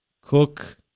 cook